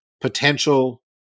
Potential